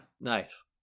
Nice